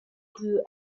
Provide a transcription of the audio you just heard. grew